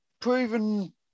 proven